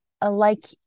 alike